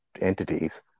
entities